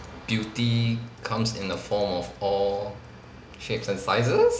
beauty comes in the form of all shapes and sizes